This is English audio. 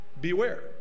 Beware